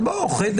חדר